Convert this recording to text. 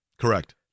Correct